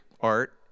art